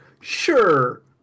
sure